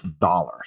dollars